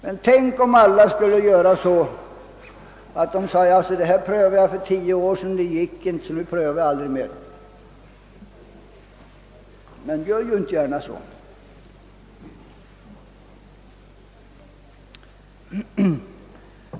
Men tänk om alla skulle säga: Detta prövade jag för tio år sedan och det gick inte, så det prövar jag aldrig mer. Man gör inte gärna så.